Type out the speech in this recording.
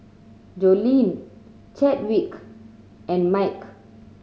Joleen Chadwick and Mike